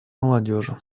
молодежи